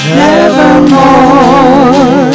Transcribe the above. nevermore